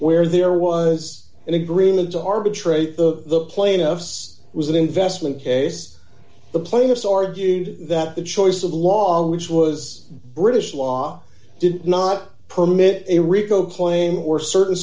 where there was an agreement to arbitrate the plaintiffs was an investment case the plaintiffs argued that the choice of law which was british law did not permit a rico claim or certain